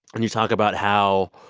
and you talk about how,